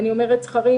זכרים